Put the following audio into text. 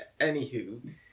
Anywho